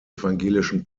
evangelischen